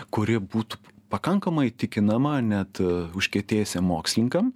kuri būtų pakankamai įtikinama net užkietėjusiem mokslininkam